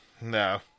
No